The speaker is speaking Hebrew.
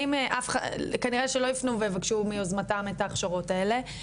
כנראה שלא יפנו ויבקשו מיוזמתם את ההכשרות האלה,